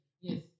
yes